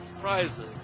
prizes